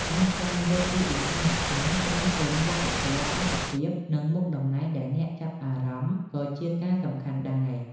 ការស្វែងយល់ពីឧស្សាហកម្ម ក្រុមហ៊ុន វប្បធម៌ អង្គភាព និងមុខតំណែងដែលអ្នកចាប់អារម្មណ៍ក៏ជាការសំខាន់ដែរ។